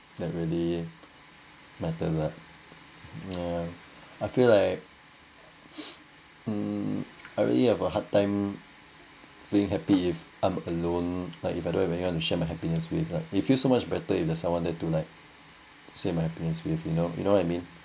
that really matters lah that I feel like I'm already have a hard time being happy if I'm alone like if I don't have anyone to share my happiness with ah you feel so much better if there is someone to like to share my happiness with you know you know what I mean